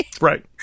Right